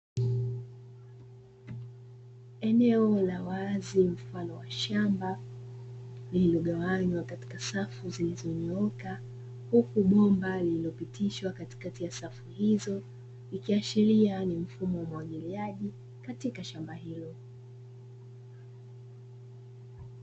Eneo la wazi mfano wa shamba lililogawanywa katika safu zilizonyooka huku bomba lililopitishwa katikati ya safu hizo, ikiashiria ni mfumo wa umwagiliaji katika shamba hilo.